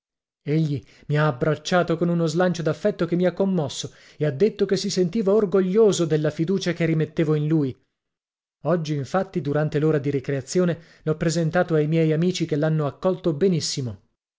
egli mi ha abbracciato con uno slancio d'affetto che mi ha commosso e ha detto che si sentiva orgoglioso della fiducia che rimettevo in lui oggi infatti durante l'ora di ricreazione l'ho presentato ai miei amici che l'hanno accolto benissimo